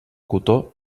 cotó